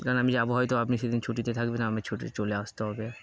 কারণ আমি যাবো হয়তো আপনি সেদিন ছুটিতে থাকবেন আমার ছুটি চলে আসতে হবে